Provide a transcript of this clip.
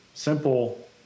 simple